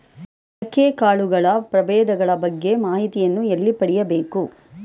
ಮೊಳಕೆ ಕಾಳುಗಳ ಪ್ರಭೇದಗಳ ಬಗ್ಗೆ ಮಾಹಿತಿಯನ್ನು ಎಲ್ಲಿ ಪಡೆಯಬೇಕು?